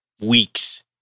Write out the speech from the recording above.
weeks